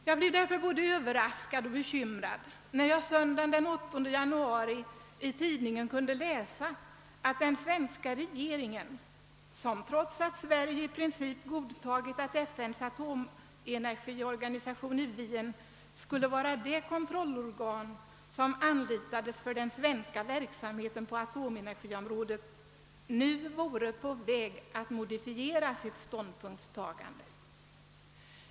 Jag blev därför både överraskad och bekymrad när jag söndagen den 8 januari i tidningen kunde läsa att den svenska regeringen, trots att Sverige i princip godkänt att FN:s atomenergiorganisation i Wien skulle vara det kontrollorgan som anlitades för den svenska verksamheten på atomenergiområdet, nu vore på väg att modifiera sitt ståndpunktstagande.